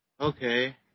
Okay